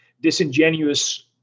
disingenuous